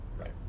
Right